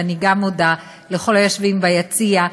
ואני גם מודה לכל היושבים ביציע,